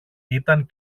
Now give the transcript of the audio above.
ήταν